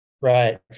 Right